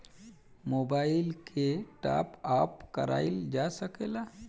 Mobile के टाप आप कराइल जा सकेला का?